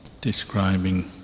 describing